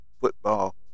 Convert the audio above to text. football